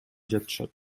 жатышат